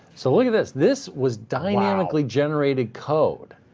so look at this. this was dynamically generated code.